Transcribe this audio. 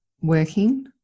working